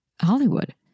Hollywood